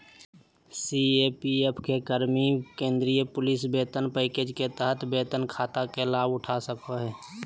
CAPF के कर्मि केंद्रीय पुलिस वेतन पैकेज के तहत वेतन खाता के लाभउठा सको हइ